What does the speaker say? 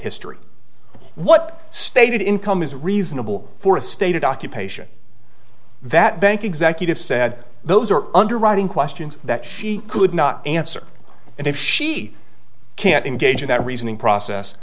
history what stated income is reasonable for a stated occupation that bank executive said those are underwriting questions that she could not answer and if she can't engage in that reasoning process